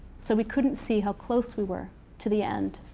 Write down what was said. so we couldn't see how close we were to the end.